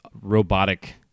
robotic